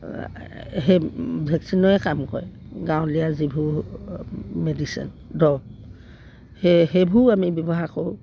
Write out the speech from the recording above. সেই ভেকচিনৰে কাম কৰে গাঁৱলীয়া যিবোৰ মেডিচিন দৰৱ সেই সেইবোৰো আমি ব্যৱহাৰ কৰোঁ